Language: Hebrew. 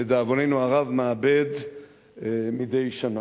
לדאבוננו הרב, מאבד מדי שנה.